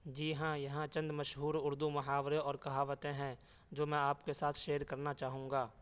جی ہاں یہاں چند مشہور اردو محاورے اور کہاوتیں ہیں جو میں آپ کے ساتھ شیئر کرنا چاہوں گا